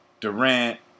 Durant